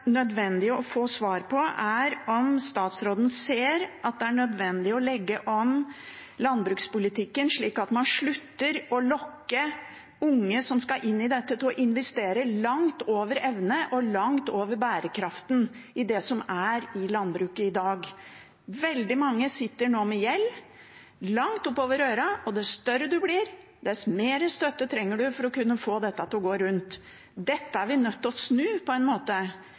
statsråden ser at det er nødvendig å legge om landbrukspolitikken slik at man slutter å lokke unge som skal inn i dette, til å investere langt over evne og langt over bærekraften i det som er i landbruket i dag. Veldig mange sitter nå med gjeld langt oppover øra, og jo større den blir, desto mer støtte trenger de for å få det til å gå rundt. Dette er vi nødt til å snu på en måte.